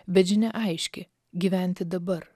bet žinia aiški gyventi dabar